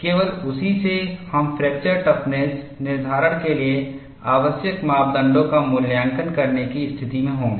केवल उसी से हम फ्रैक्चर टफनेस निर्धारण के लिए आवश्यक मापदंडों का मूल्यांकन करने की स्थिति में होंगे